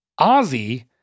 Ozzy